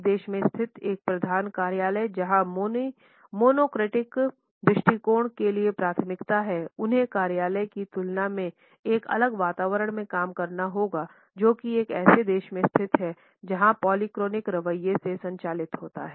एक देश में स्थित एक प्रधान कार्यालय जहाँ मोनोक्रेटिक दृष्टिकोण के लिए प्राथमिकताएँ हैं अन्य कार्यालय की तुलना में एक अलग वातावरण में काम करेगा जो कि एक ऐसे देश में स्थित है जो पॉलिऑक्रिक रवैये से संचालित होता है